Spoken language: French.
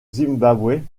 zimbabwe